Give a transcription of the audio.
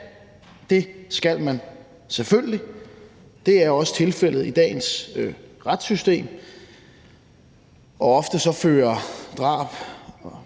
det skal man selvfølgelig. Det er også tilfældet i dagens retssystem, og ofte fører drab og